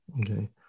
Okay